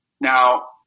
Now